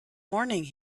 morning